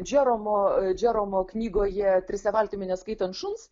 džeromo džeromo knygoje trise valtimi neskaitant šuns